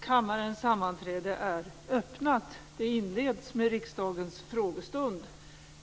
Kammarens sammanträde är öppnat. Det inleds med riksdagens frågestund.